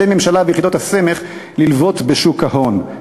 ממשלה ויחידות הסמך ללוות בשוק ההון.